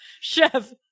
chef